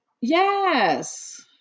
Yes